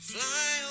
Fly